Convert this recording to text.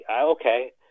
okay